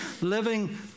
living